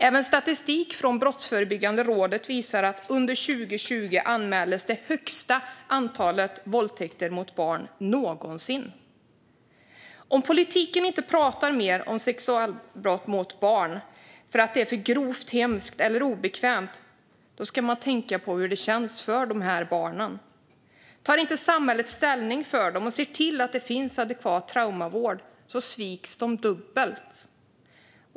Även statistik från Brottsförebyggande rådet visar att under 2020 anmäldes det högsta antalet våldtäkter mot barn någonsin. Om politiken inte pratar mer om sexualbrott mot barn, för att det är för grovt, hemskt eller obekvämt, ska man tänka på hur det känns för barnen. Om inte samhället tar ställning för dem och ser till att det finns adekvat traumavård, då sviks de dubbelt.